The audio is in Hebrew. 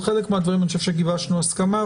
על חלק מהדברים אני חושב שגיבשנו הסכמה.